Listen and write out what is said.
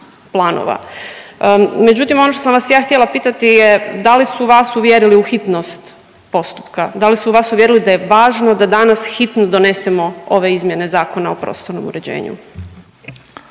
Međutim, ono što sam vas ja htjela pitati je da li su vas uvjerili u hitnost postupka? Da li su vas uvjerili da je važno da danas hitno donesemo ove izmjene Zakona o prostornom uređenju?